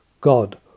god